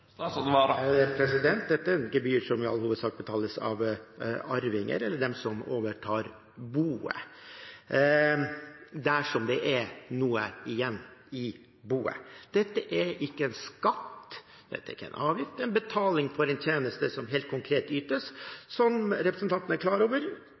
statsråden blitt en forkjemper for gebyrer til erstatning for skatter og avgifter? Har han ingen forståelse for at dette gebyret rammer usosialt når noen dør? Dette gebyret betales i all hovedsak av arvinger eller av dem som overtar boet, dersom det er noe igjen i boet. Dette er ikke en skatt og ikke en avgift, men betaling